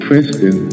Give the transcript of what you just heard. Princeton